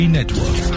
Network